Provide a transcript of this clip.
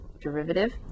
derivative